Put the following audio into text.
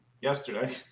yesterday